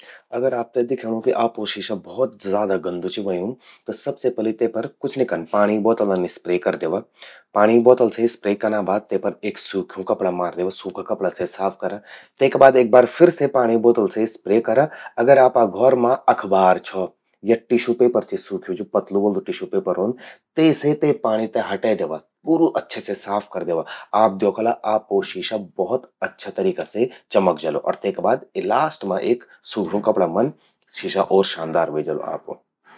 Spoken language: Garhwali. अगर आपते दिख्यणूं कि आपो शीशा भौत ज्यादा गंदू चि व्हंयूं। त सबसे पलि ते पर कुछ नि कन्न, पाणी ब्वोतलन स्प्रे करि द्यावा। पाणी ब्वोतल स् स्प्रे कना बाद ते पर एक सूख्यूं कपड़ा मार द्यवा, सूखा कपड़ा से साफ करा। तेका बाद एक बार फिर से पाणी ब्वोतल से स्प्रे करा, अगर आपा घौर मां अखबार छौ या टिश्यू पेपर चि सूख्यूं, ज्वो पतलु वलु टिश्यू पेपर रौंद, तेसे ते पाणि ते हटै द्यवा। पूरू अच्छे से साफ करि द्यवा। आप द्योखला आपो शीशा भौत अच्छा तरिका से चमक जलु। तेका बाद लास्ट मां एक सूख्यूं कपड़ा मन्न, तेसे शीशा और शानदार व्हे जलु।